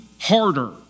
harder